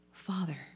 Father